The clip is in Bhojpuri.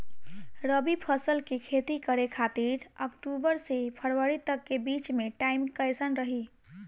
रबी फसल के खेती करे खातिर अक्तूबर से फरवरी तक के बीच मे टाइम कैसन रही?